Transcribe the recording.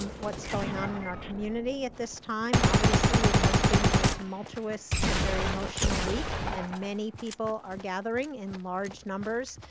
um what's going on in our community at this time. obviously, it has been a tumultuous and very emotional week, and many people are gathering in large numbers,